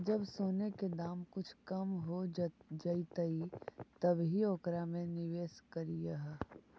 जब सोने के दाम कुछ कम हो जइतइ तब ही ओकरा में निवेश करियह